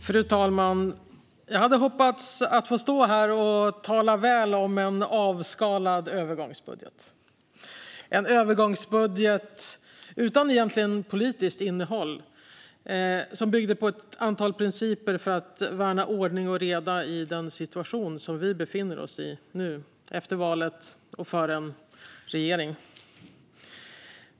Fru talman! Jag hade hoppats på att få stå här och tala väl om en avskalad övergångsbudget - en övergångsbudget utan egentligt politiskt innehåll, som byggde på ett antal principer för att värna ordning och reda i den situation som vi nu befinner oss i, efter valet och innan en regering tillträtt.